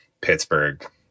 Pittsburgh